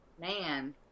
Man